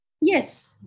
Yes